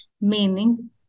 meaning